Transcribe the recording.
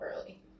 early